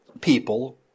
people